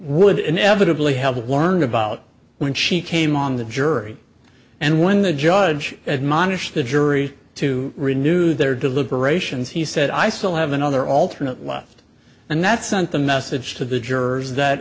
would inevitably have learned about when she came on the jury and when the judge admonished the jury to renew their deliberations he said i still have another alternate left and that sent a message to the jurors that